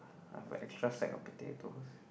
I have a extra sack of potatoes